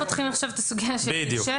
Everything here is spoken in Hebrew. אנחנו לא פותחים עכשיו את הסוגיה של גיל 6. בדיוק.